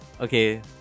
okay